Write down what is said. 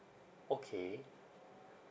okay